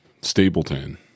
stapleton